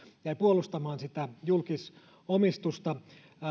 jäi puolustamaan sitä julkisomistusta